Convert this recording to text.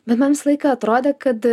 bet man visą laiką atrodė kad